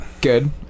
Good